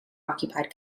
occupied